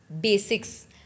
basics